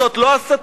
זאת לא הסתה?